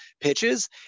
pitches